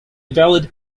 valid